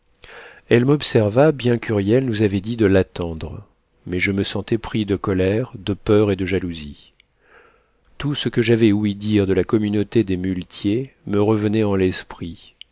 elle m'observa bien qu'huriel nous avait dit de l'attendre mais je me sentais pris de colère de peur et de jalousie tout ce que j'avais ouï dire de la communauté des muletiers me revenait en l'esprit